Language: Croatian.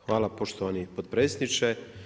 Hvala poštovani potpredsjedniče.